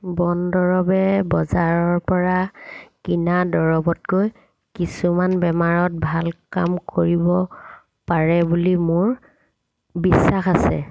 বন দৰৱে বজাৰৰ পৰা কিনা দৰৱতকৈ কিছুমান বেমাৰত ভাল কাম কৰিব পাৰে বুলি মোৰ বিশ্বাস আছে